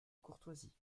courtoisie